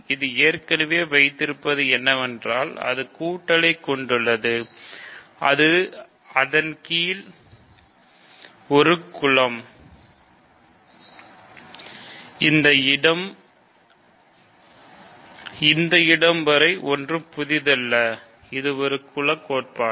இது ஏற்கனவே வைத்திருப்பது என்னவென்றால் அது ஒரு கூட்டலை கொண்டுள்ளது அது அதன் கீழ் ஒரு குலம் இந்த இடம் வரை இது ஒன்றும் புதிதல்ல இது ஒரு குல கோட்பாடு